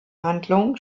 handlung